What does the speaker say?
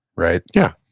right? yeah,